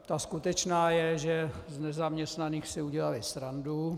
Ta skutečná je, že z nezaměstnaných si udělali srandu.